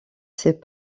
ses